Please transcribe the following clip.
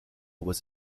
was